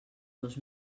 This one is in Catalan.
dos